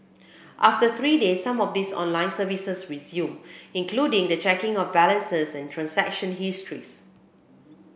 after three days some of this online services resume including the checking of balances and transaction histories